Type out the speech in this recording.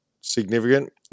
significant